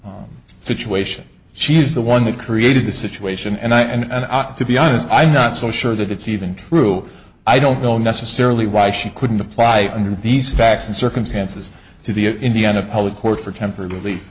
created situation she's the one that created the situation and i and to be honest i'm not so sure that it's even true i don't know necessarily why she couldn't apply under these facts and circumstances to the indiana public court for temporary relief